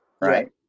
Right